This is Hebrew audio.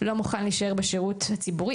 לא מוכן להישאר בשירות הציבורי,